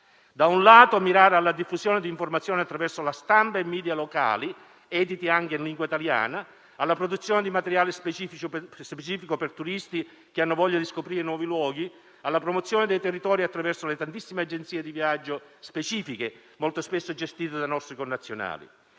da un lato, mirare alla diffusione di informazioni attraverso la stampa e i media locali, editi anche in lingua italiana; alla produzione di materiali specifici per turisti che hanno voglia di scoprire nuovi luoghi; alla promozione del territorio attraverso le tantissime agenzie di viaggio specifiche, molto spesso gestite da nostri connazionali.